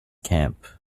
camp